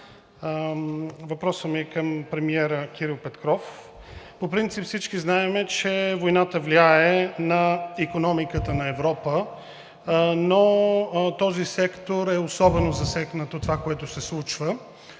Въпросът ми е към премиера Кирил Петков. По принцип всички знаем, че войната влияе на икономиката на Европа, но този сектор е особено засегнат от това, което се случва.